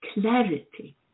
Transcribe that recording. clarity